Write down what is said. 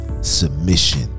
submission